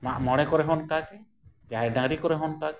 ᱢᱟᱜᱢᱚᱬᱮ ᱠᱚᱨᱮ ᱦᱚᱸ ᱚᱱᱠᱟᱜᱮ ᱡᱟᱦᱮᱨ ᱰᱟᱝᱨᱤ ᱠᱚᱨᱮ ᱦᱚᱸ ᱚᱱᱠᱟᱜᱮ